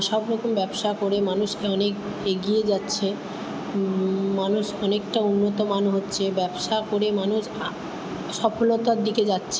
সব রকম ব্যবসা করে মানুষকে অনেক এগিয়ে যাচ্ছে মানুষ অনেকটা উন্নতমান হচ্ছে ব্যবসা করে মানুষ সফলতার দিকে যাচ্ছে